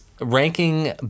Ranking